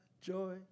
joy